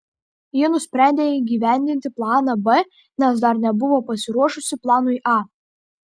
ji nusprendė įgyvendinti planą b nes dar nebuvo pasiruošusi planui a